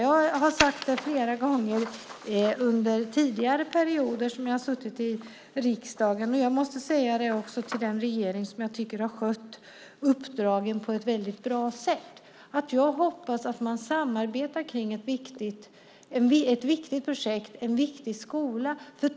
Jag har sagt detta flera gånger under tidigare perioder då jag har suttit i riksdagen, och jag måste säga det också till den regering som jag tycker har skött uppdragen på ett väldigt bra sätt. Jag hoppas att man samarbetar kring ett viktigt projekt och en viktig skola.